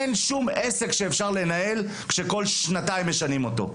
שום עסק אי-אפשר לנהל, כשכל שנתיים משנים אותו.